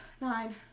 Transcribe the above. Nine